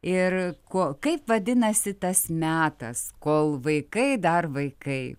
ir ko kaip vadinasi tas metas kol vaikai dar vaikai